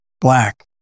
black